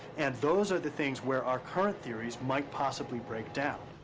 and those are the things where our current theories might possibly break down.